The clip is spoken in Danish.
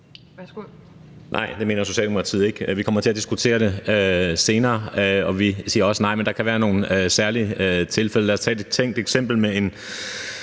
Nej, det mener Socialdemokratiet ikke. Vi kommer til at diskutere det senere, og vi siger også nej. Men der kan være nogle særlige tilfælde. Lad os tage et tænkt eksempel med en